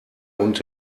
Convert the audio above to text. und